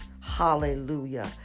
hallelujah